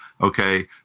Okay